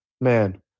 man